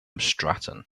stratton